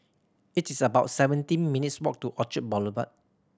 it is about seventeen minutes' walk to Orchard Boulevard